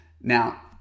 Now